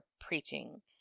preaching